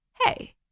Hey